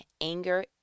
anger